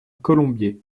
colombiers